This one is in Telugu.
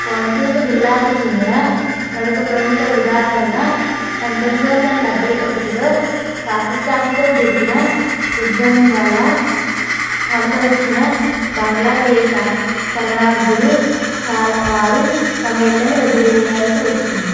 కోనసీమ జిల్లాకు చెందిన మరొక ప్రముఖ ఉదాహరణ పంతొమ్మిది వందల డెబ్బై ఒకటిలో పాకిస్తాన్తో జరిగిన యుద్ధం వల్ల వలస వచ్చిన బంగ్లాదేశ శరణార్థులు చాలా వారు తమ ఇళ్ళను వదిలి వేయల్సి వచ్చింది